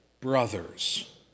brothers